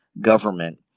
government